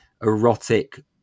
erotic